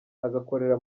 agakorera